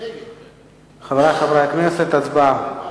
חברי חברי הכנסת, הצבעה.